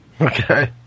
Okay